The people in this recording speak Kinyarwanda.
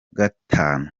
gatanu